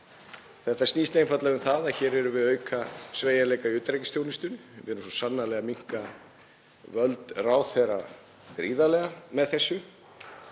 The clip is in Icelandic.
Málið snýst einfaldlega um það að við erum að auka sveigjanleika í utanríkisþjónustunni. Við erum svo sannarlega að minnka völd ráðherra gríðarlega með þessari